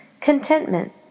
Contentment